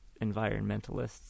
environmentalists